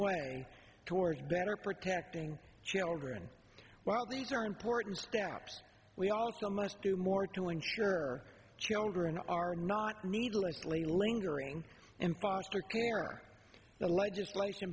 way towards better protecting children while these are important steps we also must do more to ensure children are not needlessly linger bring in foster care or the legislation